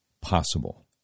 possible